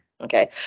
Okay